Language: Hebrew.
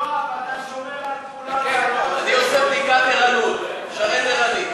סעיף 2, כהצעת הוועדה, נתקבל.